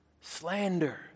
slander